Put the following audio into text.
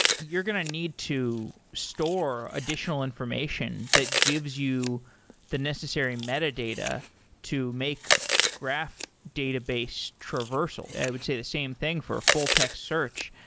you're going to need to store additional information that gives you the necessary metadata to make graph database traversal. i would say the same thing for a full text search.